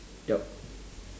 yup